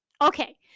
Okay